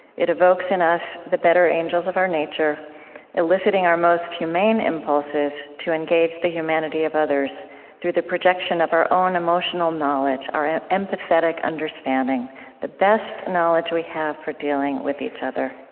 it evokes in us the better angels of our nature eliciting our most humane impulses to engage the humanity of others through the projection of our own emotional knowledge, our empathetic understanding the best knowledge we have for dealing with each other.